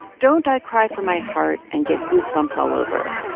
don't i cry for my heart and get goosebumps all over?